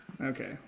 okay